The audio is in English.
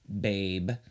babe